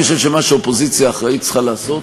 אני חושב שמה שאופוזיציה אחראית צריכה לעשות